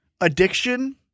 addiction